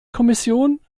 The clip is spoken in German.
kommission